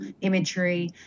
imagery